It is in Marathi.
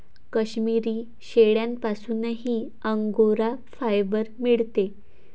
काश्मिरी शेळ्यांपासूनही अंगोरा फायबर मिळते